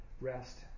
rest